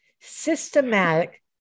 systematic